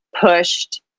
pushed